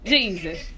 Jesus